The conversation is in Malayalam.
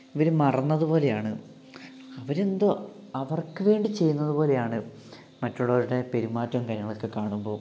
ഇവര് മറന്നത് പോലെയാണ് അവരെന്തോ അവർക്ക് വേണ്ടി ചെയ്യുന്നതുപോലെയാണ് മറ്റുള്ളവരുടെ പെരുമാറ്റവും കാര്യങ്ങളൊക്കെ കാണുമ്പോൾ